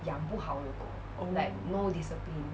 oh